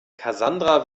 cassandra